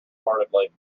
heartedly